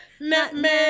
Nutmeg